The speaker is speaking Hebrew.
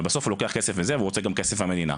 אבל בסוף הוא לוקח והוא רוצה גם כסף מהמדינה.